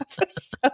episode